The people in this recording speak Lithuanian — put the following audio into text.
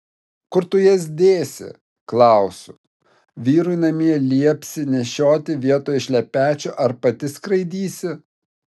kur tu jas dėsi klausiu vyrui namie liepsi nešioti vietoj šlepečių ar pati skraidysi